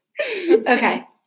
Okay